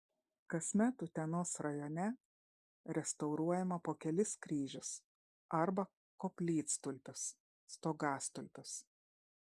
kasmet utenos rajone restauruojama po kelis kryžius arba koplytstulpius stogastulpius